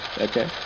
okay